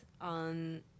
on